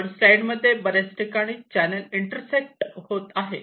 वर स्लाईड मध्ये बरेच ठिकाणी चॅनल इंटरसेक्ट होत आहे